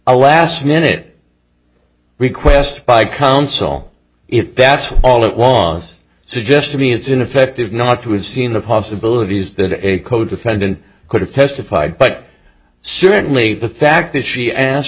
a last minute request by counsel if that's all it was suggest to me it's ineffective not to have seen the possibilities that a codefendant could have testified but certainly the fact that she asked